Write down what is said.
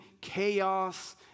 chaos